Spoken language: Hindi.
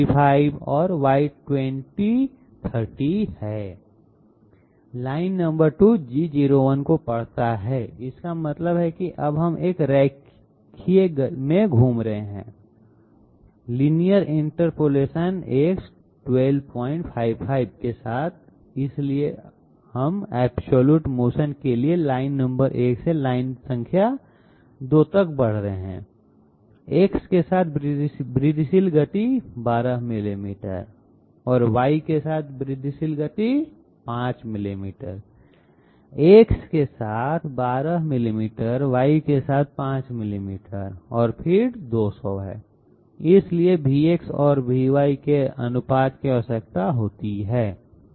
लाइन नंबर 2 G01 को पढ़ता है इसका मतलब है कि अब हम एक रेखीय में घूम रहे हैं लीनियर इंटरपोलेशन X1255 के साथ इसलिए हम एब्सलूट मोशन के लिए लाइन नंबर 1 से लाइन संख्या 2 तक बढ़ रहे हैं X के साथ वृद्धिशील गति 12 मिलीमीटर और Y के साथ वृद्धिशील गति 5 मिलीमीटर X के साथ 12 मिलीमीटर Y के साथ 5 मिलीमीटर और फ़ीड 200 है इसलिए Vx और Vy के अनुपात की आवश्यकता होती है